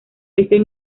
ese